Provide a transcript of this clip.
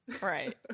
Right